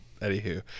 anywho